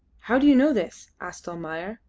how do you know this? asked almayer.